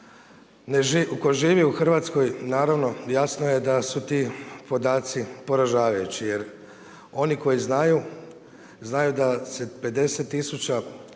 tko živi u Hrvatskoj, naravno jasno je da su ti podaci poražavajući. Jer, oni koji znaju, znaju da se 50000